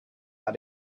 how